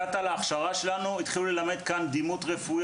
התחילו ללמד דימות רפואית